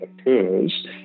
occurs